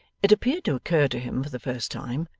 it appeared to occur to him, for the first time,